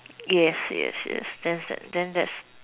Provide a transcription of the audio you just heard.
yes yes yes then is that then that's